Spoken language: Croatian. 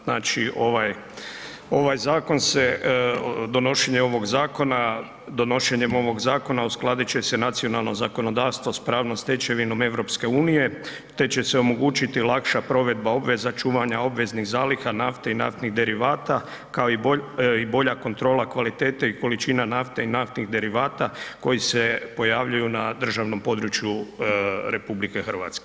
Znači ovaj zakon se, donošenje ovog zakona, donošenjem ovog zakona uskladit će se nacionalno zakonodavstvo s pravnom stečevinom EU te će se omogućiti lakša provedba obveza čuvanja obveznih zaliha nafte i naftnih derivata, kao i bolja kontrola kvalitete i količina nafte i naftnih derivata koji se pojavljuju na državnom području RH.